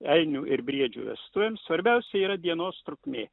elnių ir briedžių vestuvėms svarbiausia yra dienos trukmė